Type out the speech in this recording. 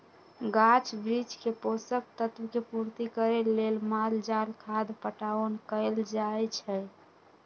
गाछ वृक्ष के पोषक तत्व के पूर्ति करे लेल माल जाल खाद पटाओन कएल जाए छै